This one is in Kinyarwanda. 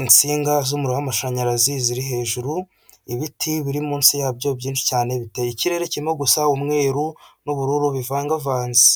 insinga z'umuriro w'amashanyarazi ziri hejuru y'ibiti biri munsi yabyo byinshi cyane bite, ikirere kimwerimo gusa umweru n'ubururu bivangavanze.